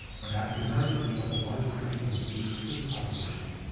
when african-americans make up a larger portion of the state's prison population,